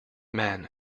man